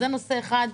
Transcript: זה נושא אחד.